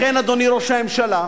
לכן, אדוני ראש הממשלה,